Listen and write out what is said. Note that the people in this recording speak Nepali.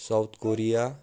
south Korea